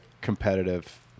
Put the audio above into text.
competitive